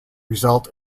result